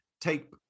take